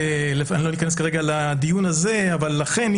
ואני לא אכנס כרגע לדיון הזה אבל לכן,